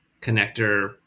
connector